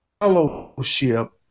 fellowship